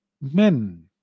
men